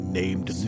named